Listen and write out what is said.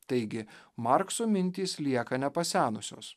taigi markso mintys lieka nepasenusios